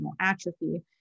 atrophy